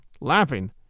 laughing